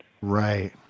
Right